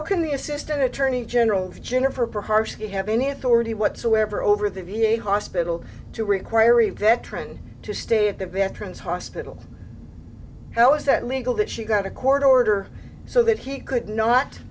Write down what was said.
i can the assistant attorney general jennifer perhaps you have any authority whatsoever over the v a hospital to require a veteran to stay at the veterans hospital l is that legal that she got a court order so that he could not